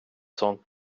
sånt